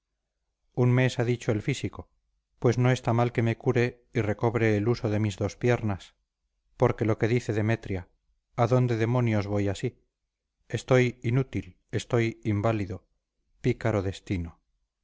un mes ha dicho el físico pues no está mal que me cure y recobre el uso de mis dos piernas porque lo que dice demetria a dónde demonios voy así estoy inútil estoy inválido pícaro destino